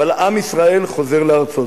עם ישראל חוזר לארצו.